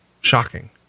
shocking